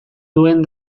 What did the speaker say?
duen